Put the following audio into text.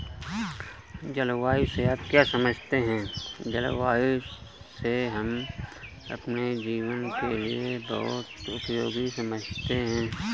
जलवायु से आप क्या समझते हैं?